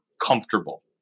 comfortable